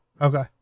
okay